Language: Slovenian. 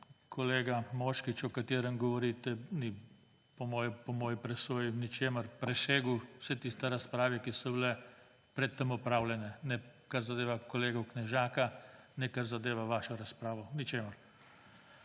Kolega Moškrič, o katerem govorite, ni po moji presoji v ničemer presegel vseh tistih razprav, ki so bile pred tem opravljene, ne kar zadeva kolega Knežaka ne kar zadeva vašo razpravo. V ničemer.